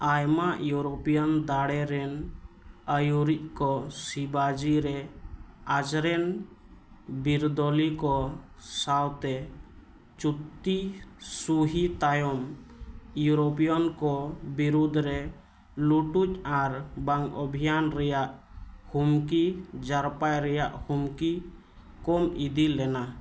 ᱟᱭᱢᱟ ᱤᱭᱳᱨᱳᱯᱤᱭᱟᱱ ᱫᱟᱲᱮ ᱨᱮᱱ ᱟᱹᱭᱩᱨᱤᱡ ᱠᱚ ᱥᱤᱵᱟᱡᱤ ᱨᱮ ᱟᱡ ᱨᱮᱱ ᱵᱤᱨᱟᱹᱫᱟᱹᱞᱤ ᱠᱚ ᱥᱟᱶᱛᱮ ᱪᱩᱠᱛᱤ ᱥᱩᱦᱤ ᱛᱟᱭᱚᱢ ᱤᱭᱳᱨᱳᱯᱤᱭᱟᱱ ᱠᱚ ᱵᱤᱨᱩᱫᱷ ᱨᱮ ᱞᱩᱴᱩᱡ ᱟᱨ ᱵᱟᱝ ᱚᱵᱷᱤᱡᱟᱱ ᱨᱮᱭᱟᱜ ᱦᱩᱢᱠᱤ ᱡᱟᱨᱯᱟᱭ ᱨᱮᱭᱟᱜ ᱦᱩᱢᱠᱤ ᱠᱚᱢ ᱤᱫᱤ ᱞᱮᱱᱟ